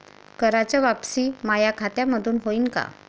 कराच वापसी माया खात्यामंधून होईन का?